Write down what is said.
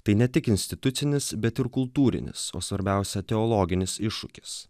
tai ne tik institucinis bet ir kultūrinis o svarbiausia teologinis iššūkis